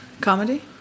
comedy